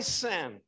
sin